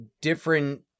different